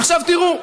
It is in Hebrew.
עכשיו תראו,